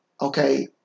okay